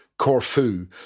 Corfu